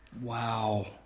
Wow